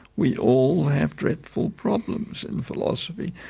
we all have dreadful problems in philosophy,